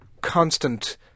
constant